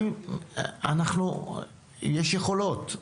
יש יכולות.